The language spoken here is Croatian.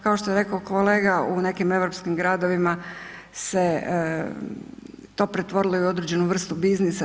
Kao što je rekao kolega u nekim europskim gradovima se to pretvorilo i u određenu vrstu biznisa.